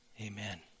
Amen